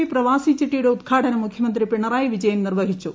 E പ്രവാസി ചിട്ടിയുടെ ഉദ്ഘാടനം മുഖ്യമന്ത്രി പിണറായി വിജയൻ നിർവഹിച്ചു